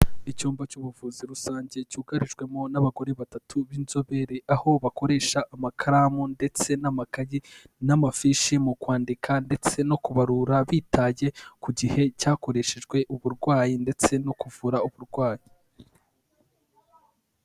Icyumba cy'ubuvuzi rusange cyugarijwemo n'abagore batatu b'inzobere, aho bakoresha amakaramu ndetse n'amakayi n'amafishi mu kwandika ndetse no kubarura, bitaye ku gihe cyakoreshejwe uburwayi ndetse no kuvura uburwayi.